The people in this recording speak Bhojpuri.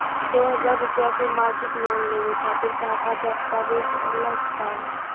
दो हज़ार रुपया के मासिक लोन लेवे खातिर का का दस्तावेजऽ लग त?